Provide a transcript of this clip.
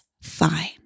fine